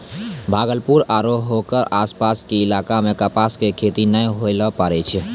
भागलपुर आरो हेकरो आसपास के इलाका मॅ कपास के खेती नाय होय ल पारै छै